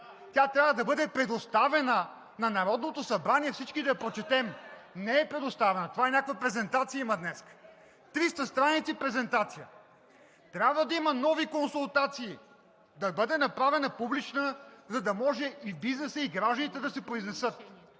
Тя трябва да бъде предоставена на Народното събрание и всички да я прочетем. Не е предоставена, а това е някаква презентация днес – 300 страници презентация! Трябва да има нови консултации, да бъде направена публична, за да може бизнесът и гражданите да се произнесат.